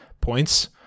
points